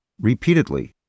repeatedly